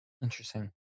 Interesting